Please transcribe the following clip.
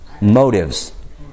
motives